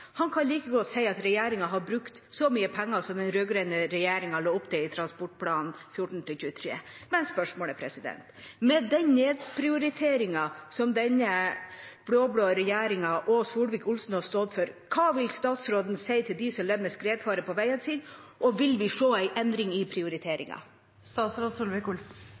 Han kan like godt si at regjeringen har brukt så mye penger som den rød-grønne regjeringen la opp til i transportplanen for 2014–2023. Men spørsmålet er: Med den nedprioriteringen som denne blå-blå regjeringen og Solvik-Olsen har stått for, hva vil statsråden si til dem som lever med skredfare på veiene sine? Og vil vi se en endring i